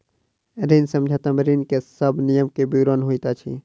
ऋण समझौता में ऋण के सब नियम के विवरण होइत अछि